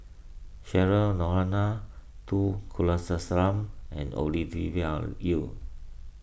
Cheryl Noronha two Kulasekaram and Yu